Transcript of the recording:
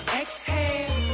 exhale